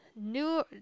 New